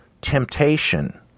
temptation